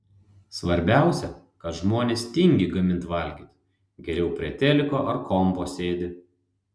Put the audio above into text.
svarbiausia kad žmonės tingi gamint valgyt geriau prie teliko ar kompo sėdi